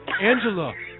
Angela